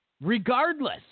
regardless